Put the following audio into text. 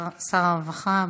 שר הרווחה.